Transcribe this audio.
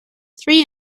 three